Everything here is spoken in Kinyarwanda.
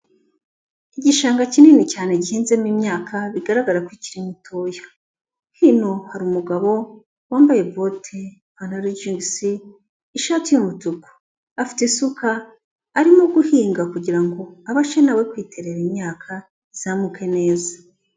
Igishanga kinini cyane gihinzemo imyaka bigaragara ikiri mitoya, hino hari umugabo wambaye bote, ipantaro y'ijinizi, ishati y'umutuku, afite isuka arimo guhinga kugira ngo abashe na we kwiterera imyaka izamuke neza.